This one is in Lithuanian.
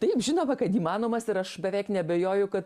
taip žinoma kad įmanomas ir aš beveik neabejoju kad